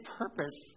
purpose